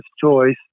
choice